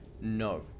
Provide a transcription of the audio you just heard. No